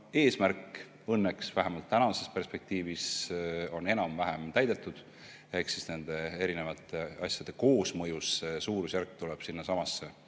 eesmärk õnneks vähemalt tänases perspektiivis on enam-vähem täidetud. Ehk siis nende erinevate asjade koosmõjus see suurusjärk tuleb sinnasamasse,